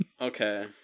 Okay